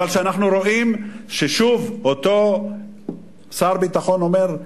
אבל כשאנחנו רואים ששוב אותו שר הביטחון אומר: